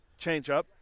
changeup